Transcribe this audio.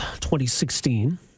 2016